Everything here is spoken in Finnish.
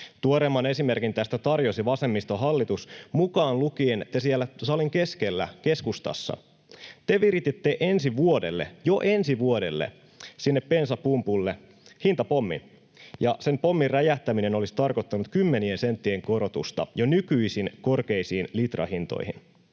Tuoreimman esimerkin tästä tarjosi vasemmistohallitus, mukaan lukien te siellä salin keskellä keskustassa: Te virititte ensi vuodelle, jo ensi vuodelle, sinne bensapumpulle hintapommin. Ja sen pommin räjähtäminen olisi tarkoittanut kymmenien senttien korotusta jo nykyisin korkeisiin litrahintoihin.